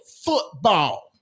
football